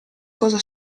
cosa